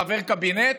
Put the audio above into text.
וחבר קבינט?